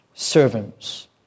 Servants